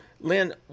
Lynn